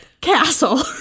Castle